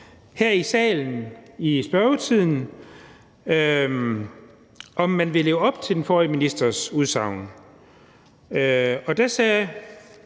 her i salen i spørgetiden, om man vil leve op til den forrige ministers udsagn, og der sagde den